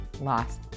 loss